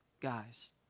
guys